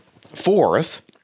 Fourth